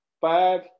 five